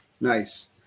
Nice